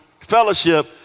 fellowship